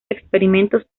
experimentos